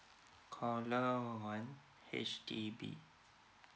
caller one H_D_B